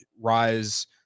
rise –